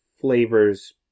flavors